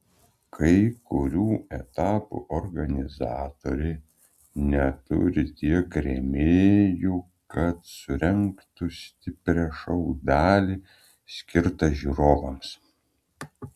kai kurių etapų organizatoriai neturi tiek rėmėjų kad surengtų stiprią šou dalį skirtą žiūrovams